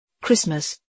Christmas